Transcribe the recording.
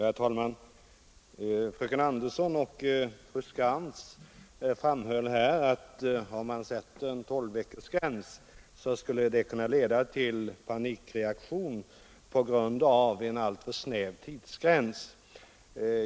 Herr talman! Fröken Andersson och fru Skantz framhöll att om man sätter en gräns vid tolv veckor kan det leda till panikreaktion på grund av en snäv tidsgräns.